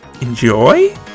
enjoy